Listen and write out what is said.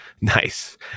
nice